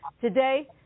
Today